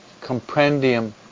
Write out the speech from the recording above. Compendium